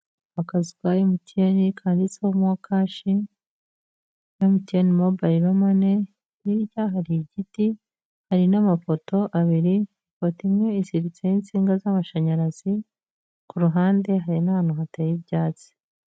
Akazu ka MTN kaditse mokash MTN mobayilo mane, hirya hari igiti, hari n'amapoto abiri, ipoti imwe iziritseho insinga z'amashanyarazi, ku ruhande hari n'ahantu hateye ibyatsi.